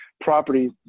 properties